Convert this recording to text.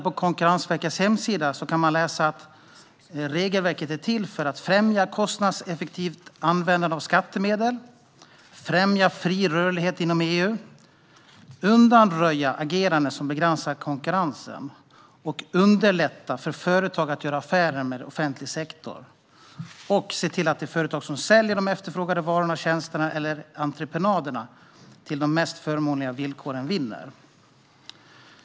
På Konkurrensverkets hemsida kan man läsa att regelverket är till för att främja kostnadseffektivt användande av skattemedel främja fri rörlighet inom EU undanröja ageranden som begränsar konkurrens underlätta för företag att göra affärer med offentlig sektor se till att det företag som säljer de efterfrågade varorna, tjänsterna eller entreprenaderna till de mest förmånliga villkoren vinner.